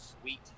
sweet